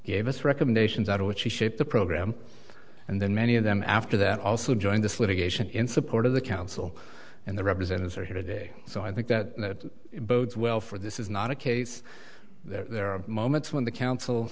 gave us recommendations out of which he shipped the program and then many of them after that also in this litigation in support of the council and the representatives are here today so i think that bodes well for this is not a case there are moments when the council